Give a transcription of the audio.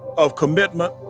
of commitment,